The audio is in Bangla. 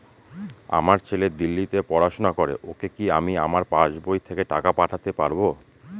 আমার ছেলে দিল্লীতে পড়াশোনা করে ওকে কি আমি আমার পাসবই থেকে টাকা পাঠাতে পারব?